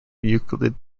euclid